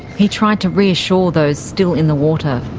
he tried to reassure those still in the water.